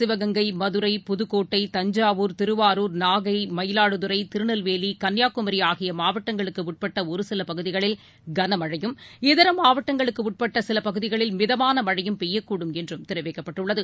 சிவகெங்கை மதுரை புதுக்கோட்டை தஞ்காவூர் திருவாரூர் நாகை மயிலாடுதுறை திருநெல்வேலி கன்னியாகுமரிஆகியமாவட்டங்களுக்குஉட்பட்டஒருசிலபகுதிகளில் கன்மழையும் இதரமாவட்டங்களுக்குஉட்பட்டசிலபகுதிகளில் பெய்யக்கூடும் மிதமானமழையும் என்றம் தெரிவிக்கப்பட்டுள்ளது